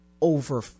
over